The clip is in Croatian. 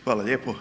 Hvala lijepo.